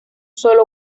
solo